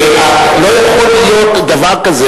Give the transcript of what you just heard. לא יכול להיות דבר כזה.